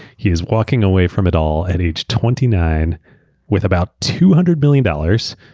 he's walking away from it all at age twenty nine with about two hundred million dollars,